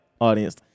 audience